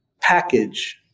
package